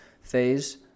phase